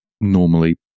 normally